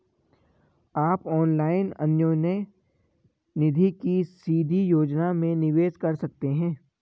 आप ऑनलाइन अन्योन्य निधि की सीधी योजना में निवेश कर सकते हैं